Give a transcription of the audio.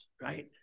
right